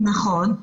נכון.